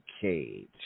Cage